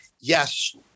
Yes